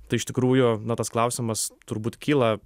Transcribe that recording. tai iš tikrųjų na tas klausimas turbūt kyla